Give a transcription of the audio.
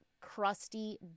crusty